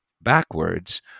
backwards